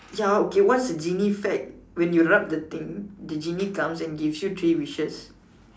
ya okay what's a genie fact when you rub the thing the genie comes and give you three wishes